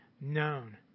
known